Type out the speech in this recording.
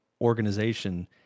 organization